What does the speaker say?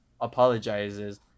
apologizes